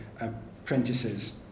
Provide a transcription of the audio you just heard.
apprentices